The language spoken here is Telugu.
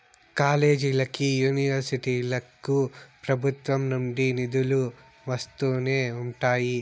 కాలేజీలకి, యూనివర్సిటీలకు ప్రభుత్వం నుండి నిధులు వస్తూనే ఉంటాయి